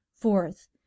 Fourth